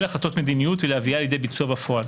החלטת מדיניות ולהביאה לידי ביצועה בפועל.